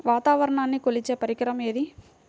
వాతావరణాన్ని కొలిచే పరికరం ఏది?